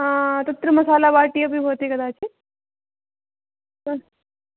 तत्र मसाला वाटि अपि भवति कदाचित् अस्त्